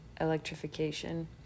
electrification